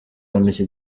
iki